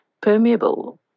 permeable